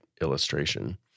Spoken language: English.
illustration